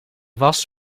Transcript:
was